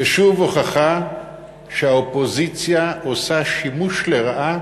ושוב הוכחה שהאופוזיציה עושה שימוש לרעה